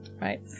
right